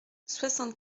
soixante